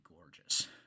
gorgeous